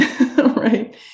right